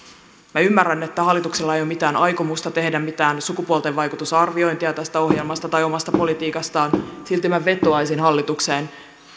minä ymmärrän että hallituksella ei ole mitään aikomusta tehdä mitään sukupuolivaikutusten arviointia tästä ohjelmasta tai omasta politiikastaan silti minä vetoaisin hallitukseen